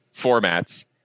formats